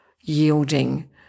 yielding